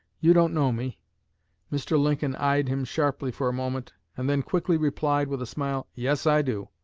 you don't know me mr. lincoln eyed him sharply for a moment, and then quickly replied with a smile, yes i do.